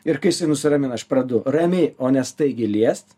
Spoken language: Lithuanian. ir kai jisai nusiramina aš pradedu ramiai o ne staigiai liest